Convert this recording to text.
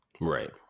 right